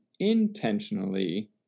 intentionally